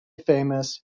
famous